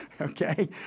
Okay